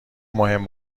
مهم